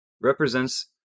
represents